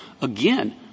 again